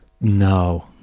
no